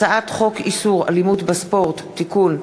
הצעת חוק איסור אלימות בספורט (תיקון),